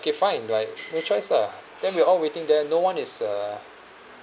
okay fine right no choice lah then we all waiting there no one is uh